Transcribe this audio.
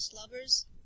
Lovers